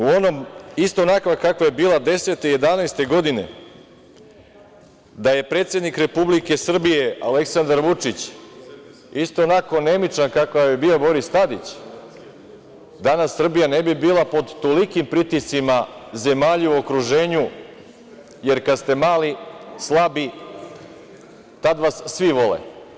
Jel, znate, da je Srbija ista onakva kakva je bila 2010. i 2011. godine, da je predsednik Republike Srbije Aleksandar Vučić isto onako anemičan kakav je bio Boris Tadić, danas Srbija ne bi bila pod tolikim pritiscima zemalja u okruženju, jer kad ste mali, slabi, tad vas svi vole.